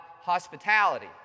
hospitality